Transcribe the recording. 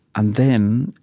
and then,